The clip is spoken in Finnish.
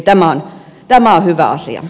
tämä on hyvä asia